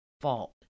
fault